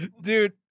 Dude